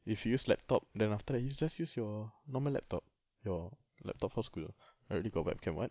if you use laptop then after that you just use your normal laptop your laptop for school already got webcam [what]